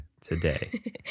today